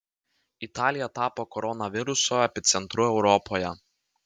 italija tapo koronaviruso epicentru europoje